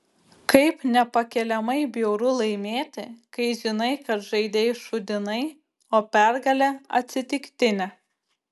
kaip nepakeliamai bjauru laimėti kai žinai kad žaidei šūdinai o pergalė atsitiktinė